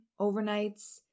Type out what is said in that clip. overnights